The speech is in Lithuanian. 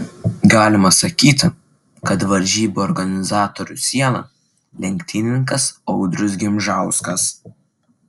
galima sakyti kad varžybų organizatorių siela lenktynininkas audrius gimžauskas